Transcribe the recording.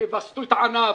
יווסתו את הענף.